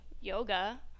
yoga